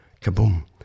Kaboom